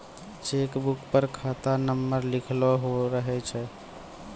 cheque book पर खाता number लिखलो रहै छै